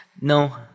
no